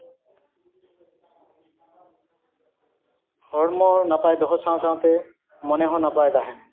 ᱦᱚᱲᱢᱚ ᱱᱟᱯᱟᱭ ᱫᱚᱦᱚ ᱥᱟᱶ ᱥᱟᱶᱛᱮ ᱢᱚᱱᱮ ᱦᱚᱸ ᱱᱟᱯᱟᱭ ᱛᱟᱦᱮᱱᱟ